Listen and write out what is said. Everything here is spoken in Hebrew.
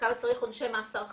כמה צריך עונשי מאסר חמורים.